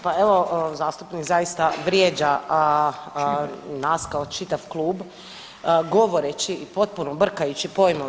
Pa evo zastupnik zaista vrijeđa nas kao čitav klub govoreći i potpuno brkajući pojmove.